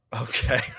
Okay